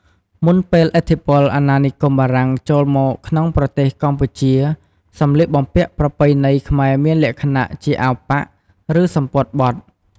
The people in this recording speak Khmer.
មុនពេលឥទ្ធិពលអាណានិគមបារាំងចូលមកក្នុងប្រទេសកម្ពុជា សម្លៀកបំពាក់ប្រពៃណីខ្មែរមានលក្ខណៈជា អាវប៉ាក់ ឬ សំពត់បត់។